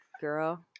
girl